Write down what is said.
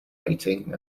rating